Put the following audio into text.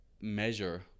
measure